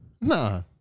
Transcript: Nah